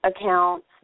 accounts